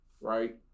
right